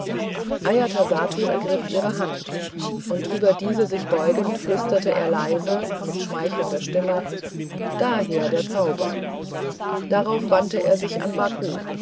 ajatasattu ergriff ihre hand und über diese sich beugend flüsterte er leise mit schmeichelnder stimme daher der zauber darauf wandte er sich an baku